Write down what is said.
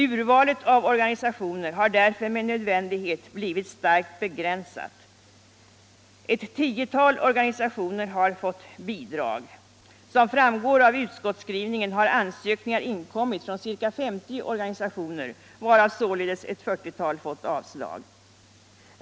Urvalet av organisationer har därför med nödvändighet blivit starkt begränsad. Ett tiotal organisationer har fått bidrag. Som framgår av utskottsskrivningen har ansökningar inkommit från ca 50 organisationer, varav således ett fyrtiotal fått avslag.